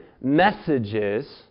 messages